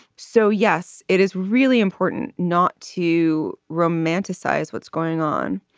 so yes it is really important not to romanticize what's going on.